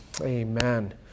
Amen